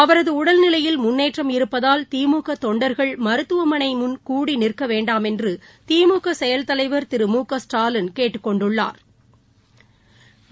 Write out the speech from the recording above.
அவரதுஉடல்நிலையில் முன்னேற்றம் இருப்பதால் திமுகதொண்டர்கள் மருத்துவமனைமுன் கூடி நிற்கவேண்டாமென்றுதிமுகசெயல்தலைவா் திரு மு க ஸ்டாலின் கேட்டுக்கொண்டுள்ளாா்